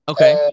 Okay